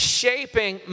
shaping